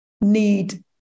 need